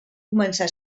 començar